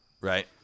right